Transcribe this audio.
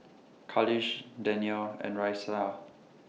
Khalish Danial and Raisya